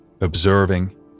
observing